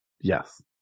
Yes